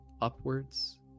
upwards